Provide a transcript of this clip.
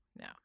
no